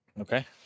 Okay